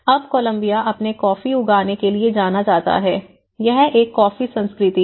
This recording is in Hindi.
अब कोलंबिया अपने कॉफी उगाने के लिए जाना जाता है यह एक कॉफी संस्कृति है